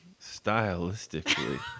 stylistically